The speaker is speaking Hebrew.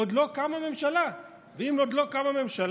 עוד לא קמה ממשלה, ואם עוד לא קמה ממשלה,